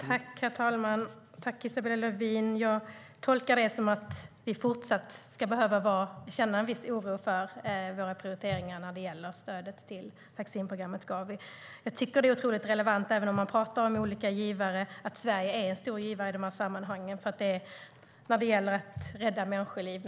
Herr talman! Tack, Isabella Lövin! Jag tolkar det som att vi fortsatt ska behöva känna en viss oro för våra prioriteringar när det gäller stödet till vaccinprogrammet Gavi. Jag tycker att det är otroligt relevant, även om man pratar om olika givare, att Sverige är en stor givare i de här sammanhangen som handlar om att rädda så sköra liv.